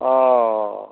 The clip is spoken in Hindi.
औ